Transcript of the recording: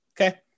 okay